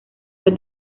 fue